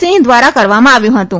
સિંહ દ્વારા કરવામાં આવ્યું હતું